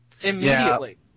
immediately